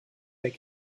make